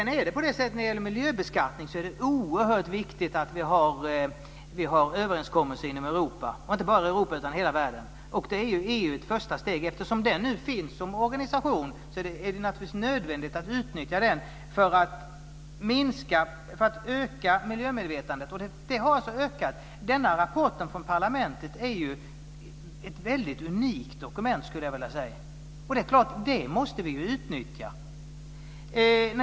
När det gäller miljöbeskattningen är det oerhört viktigt att vi har överenskommelser inom Europa, och inte bara i Europa utan i hela världen. Där är EU ett första steg. Eftersom den organisationen finns är det naturligtvis nödvändigt att utnyttja den för att öka miljömedvetandet. Det har alltså ökat. Rapporten från parlamentet är ett unikt dokument, skulle jag vilja säga. Det är klart att vi måste utnyttja det.